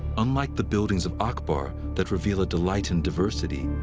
unlike the buildings of akbar that reveal a delight in diversity,